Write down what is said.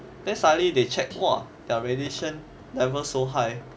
then suddenly they check !whoa! their radiation level so high